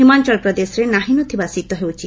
ହିମାଚଳପ୍ରଦେଶରେ ନାହିଁ ନଥିବା ଶୀତ ହେଉଛି